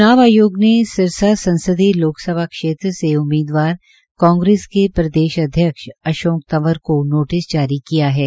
च्नाव आयोग ने सिरसा संसदीय लोकसभा क्षेत्र से उम्मीदवार कांग्रेस के प्रदेश अध्यक्ष अशोक तंवर को नोटिस जारी किया हैै